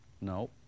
No